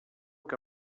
que